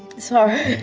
sorry.